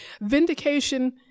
Vindication